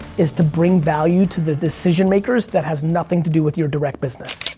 is to bring value to the decision makers that have nothing to do with your direct business.